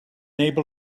able